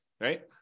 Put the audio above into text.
right